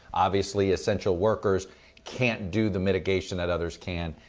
obviously essential workers can't do the mitigation that others can.